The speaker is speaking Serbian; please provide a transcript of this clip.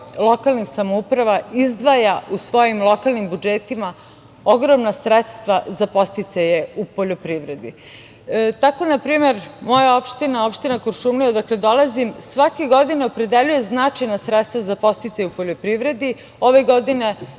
lokalnih samouprava izdvaja u svojim lokalnim budžetima ogromna sredstva za podsticaje u poljoprivredi. Tako, na primer, moja opština, opština Kuršumlija, odakle dolazim, svake godine opredeljuje značajna sredstva za podsticaje u poljoprivredi. Ove godine,